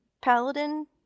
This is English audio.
paladin